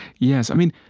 yes. i mean,